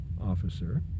officer